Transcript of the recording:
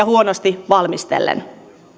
huonosti valmistellen